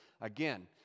Again